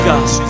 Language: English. God